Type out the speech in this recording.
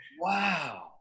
Wow